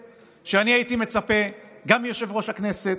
אני יכול להגיד לכם מי הנציג שלנו לסגן יושב-ראש כנסת,